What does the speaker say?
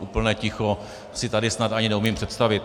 Úplné ticho si tady snad ani neumím představit.